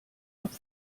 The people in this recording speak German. habt